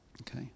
Okay